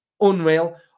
Unreal